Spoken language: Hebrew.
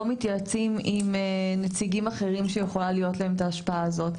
לא מתייעצים עם נציגים אחרים שיכולה להיות להם את ההשפעה הזו.